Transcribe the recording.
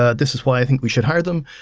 ah this is why i think we should hire them.